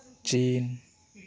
ᱪᱤᱱ